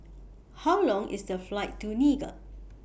How Long IS The Flight to Niger